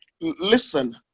Listen